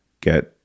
get